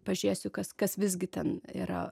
pažiūrėsiu kas kas visgi ten yra